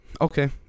Okay